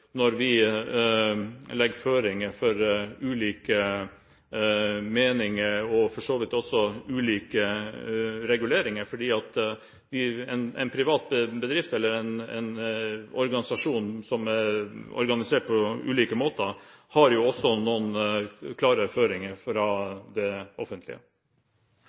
vi legger føringer for ulike meninger og for så vidt også for ulike reguleringer. En privat bedrift eller en organisasjon som er organisert på ulike måter, har også noen klare føringer fra det offentlige.